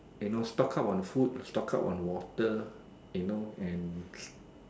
you know stock up on the food stock up on water you know and